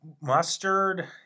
Mustard